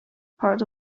part